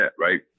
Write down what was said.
right